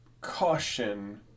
caution